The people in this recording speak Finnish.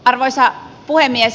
arvoisa puhemies